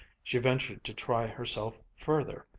she ventured to try herself further,